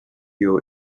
you